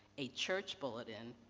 a church bulletin,